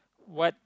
what